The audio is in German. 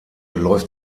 läuft